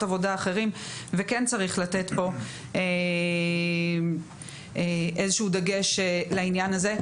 עבודה אחרים וכן צריך לתת כאן איזשהו דגש לעניין הזה.